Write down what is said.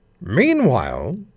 Meanwhile